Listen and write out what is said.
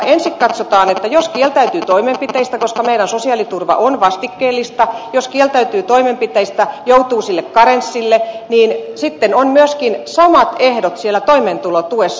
ensin katsotaan että jos kieltäytyy toimenpiteistä koska meidän sosiaaliturvamme on vastikkeellista joutuu sille karenssille ja sitten on myöskin samat ehdot siellä toimeentulotuessa